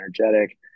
energetic